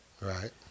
Right